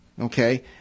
okay